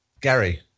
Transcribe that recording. Gary